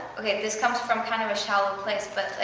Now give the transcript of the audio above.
ok, this comes from kind of a shallow place, but, like,